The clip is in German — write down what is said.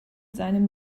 seinem